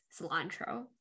cilantro